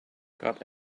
got